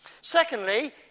Secondly